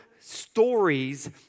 stories